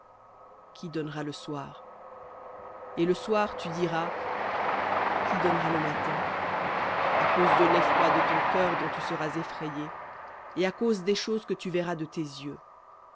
qui donnera le soir et le soir tu diras qui donnera le matin à cause de l'effroi de ton cœur dont tu seras effrayé et à cause des choses que tu verras de tes yeux